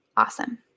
awesome